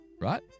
Right